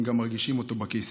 הם גם מרגישים אותו בכיס.